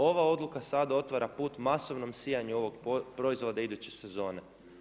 Ova odluka sada otvara put masovnom sijanju ovog proizvoda iduće sezone.